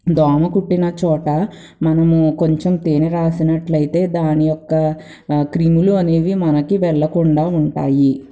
దోమ కుట్టిన చోట మనము కొంచెం తేనె రాసినట్లయితే దాని యొక్క క్రిములు అనేవి మనకి వెళ్ళకుండా ఉంటాయి